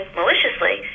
maliciously